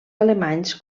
alemanys